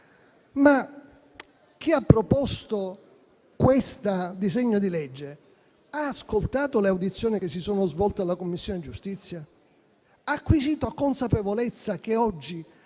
Chi ha proposto questo disegno di legge ha ascoltato le audizioni che si sono svolte in Commissione giustizia? Ha acquisito consapevolezza del